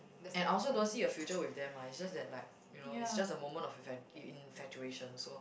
and I also don't see a future with them ah it's just that like you know it's just a moment of infa~ infatuation so